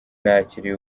nakiriye